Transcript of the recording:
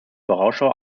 vorausschau